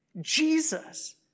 Jesus